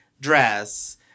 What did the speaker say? dress